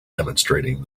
demonstrating